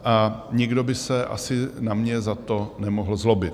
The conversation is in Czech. A nikdo by se asi na mě za to nemohl zlobit.